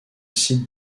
site